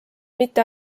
mitte